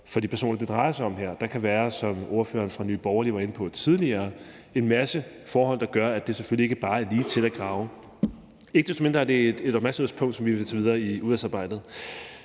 for de personer, det drejer sig om her. Der kan, som ordføreren fra Nye Borgerlige var inde på tidligere, være en masse forhold, der gør, at det selvfølgelig ikke bare er ligetil at grave. Ikke desto mindre er det et opmærksomhedspunkt, som vi vil tage videre i udvalgsarbejdet